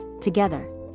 together